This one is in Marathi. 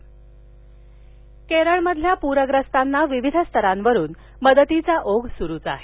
मदत केरळमधील प्रग्रस्तांना विविध स्तरावरून मदतीचा ओघ सुरूच आहे